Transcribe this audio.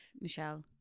Michelle